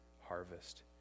harvest